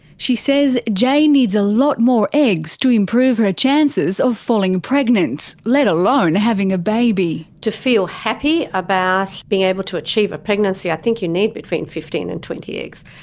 she says jay needs a lot more eggs to improve her chances of falling pregnant, let alone having a baby. to feel happy about being able to achieve a pregnancy, i think you need between fifteen and twenty eggs.